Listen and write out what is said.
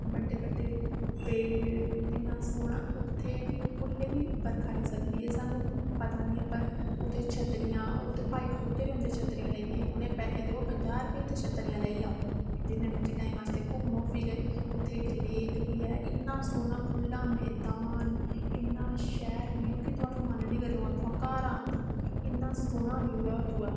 बड्डे बड्डे पेड़ इन्ना सोह्ना उत्थें एह् ऐ कि कुल्लै बरखा आई सकदी ऐ सानूं पता निं ऐ उत्थें छत्तरियां उत्थें भाई खड़ोते दे होंदे छत्तरियां लेइयै उ'नेंगी पजांह् रपेऽ देओ ते छत्तरियां लेई लैओ जिन्ने मर्जी टाईम बास्तै घूमो फिरो उत्थें इक लेक बी ऐ इन्ना सोह्ना खुल्ला मैदान इन्ना शैल व्यू के थोआढ़ा मन निं करग उत्थुआं घर आन दा इन्ना सोह्ना सोह्ना व्यू ऐ उत्थूं दा